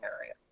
area